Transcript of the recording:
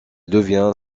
devient